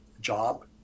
job